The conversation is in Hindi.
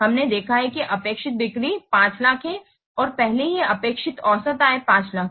हमने देखा है कि अपेक्षित बिक्री 500000 है और पहले ही अपेक्षित औसत आय 500000 है